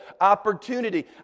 opportunity